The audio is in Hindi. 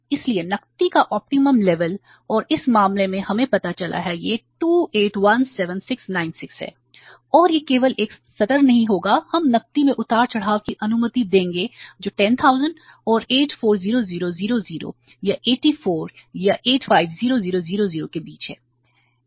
इसलिए नकदी का ऑप्टिमम लेवल और इस मामले में हमें पता चला है कि यह 2817696 है और यह केवल एक स्तर नहीं होगा हम नकदी में उतार चढ़ाव की अनुमति देंगे जो 10000 और 840000 या 84 या 850000 के बीच है